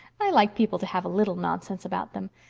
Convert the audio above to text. i like people to have a little nonsense about them.